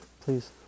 Please